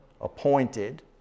appointed